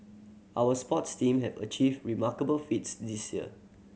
our sports team have achieved remarkable feats this year